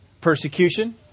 Persecution